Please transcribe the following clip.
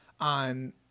on